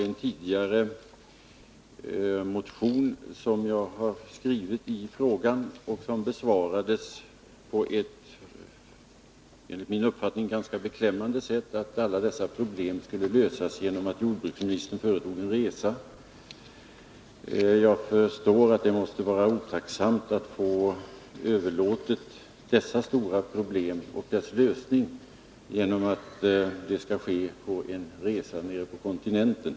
En motion som jag tidigare framställt i frågan besvarades på ett, enligt min uppfattning, ganska beklämmande sätt. Alla dessa problem skulle lösas genom att jordbruksministern företog en resa. Jag förstår att det måste vara otacksamt att få dessa stora problem överlåtna och otillfredsställande att deras lösning skall uppnås under en resa nere på kontinenten.